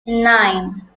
nine